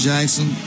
Jackson